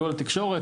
עלו לתקשורת,